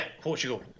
Portugal